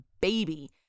baby